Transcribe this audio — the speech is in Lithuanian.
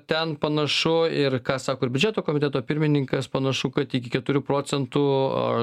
ten panašu ir ką sako ir biudžeto komiteto pirmininkas panašu kad iki keturių procentų